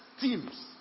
teams